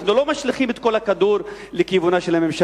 אנחנו לא משליכים את כל הכדור לכיוונה של הממשלה.